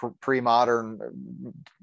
pre-modern